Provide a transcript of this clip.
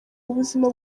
ubuzima